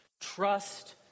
Trust